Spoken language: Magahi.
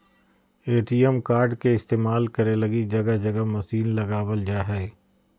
ए.टी.एम कार्ड के इस्तेमाल करे लगी जगह जगह मशीन लगाबल जा हइ